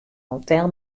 hotel